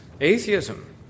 Atheism